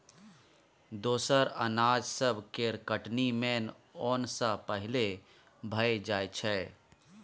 दोसर अनाज सब केर कटनी मेन ओन सँ पहिले भए जाइ छै